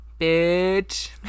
bitch